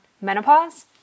menopause